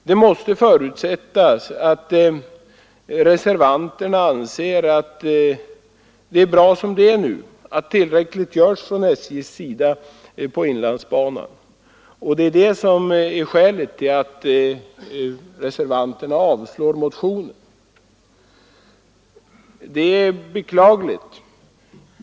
Det måste förutsättas att reservanterna anser att det är bra som det nu är, att SJ gör tillräckligt på inlandsbanan och att detta är skälet till att reservanterna avstyrker motionen. Det är beklagligt.